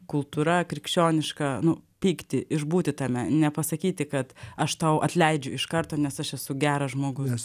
kultūra krikščioniška nu pykti išbūti tame nepasakyti kad aš tau atleidžiu iš karto nes aš esu geras žmogus